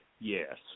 Yes